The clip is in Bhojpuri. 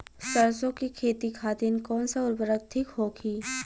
सरसो के खेती खातीन कवन सा उर्वरक थिक होखी?